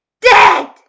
dead